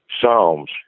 Psalms